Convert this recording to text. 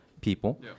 people